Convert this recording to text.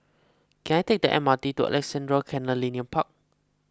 can I take the M R T to Alexandra Canal Linear Park